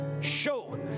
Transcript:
Show